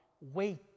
Wait